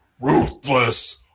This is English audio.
ruthless